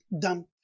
dump